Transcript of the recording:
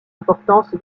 importance